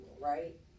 right